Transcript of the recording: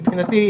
מבחינתי,